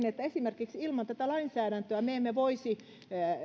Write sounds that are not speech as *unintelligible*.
*unintelligible* että ilman tätä lainsäädäntöä me emme esimerkiksi voisi